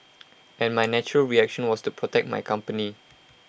and my natural reaction was to protect my company